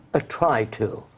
ah tried to.